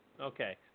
Okay